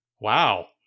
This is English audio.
wow